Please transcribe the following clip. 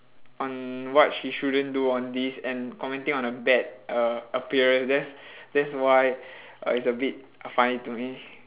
on what she shouldn't do on this and commenting on her bad uh appearance that's that's why uh it's a bit uh funny to me